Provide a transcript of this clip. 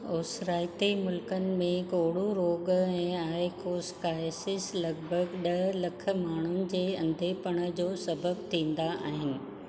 ओसराइते मुल्कनि में कोड़ु रोगु ऐं आइकोसकाइसिस लॻभॻि ड॒ह लखि माण्हुनि जे अंधेपण जो सबबु थींदा आहिनि